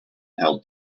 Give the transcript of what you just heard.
held